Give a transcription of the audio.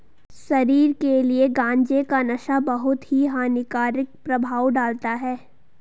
शरीर के लिए गांजे का नशा बहुत ही हानिकारक प्रभाव डालता है